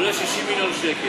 שעולה 60 מיליון שקל,